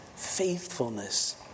faithfulness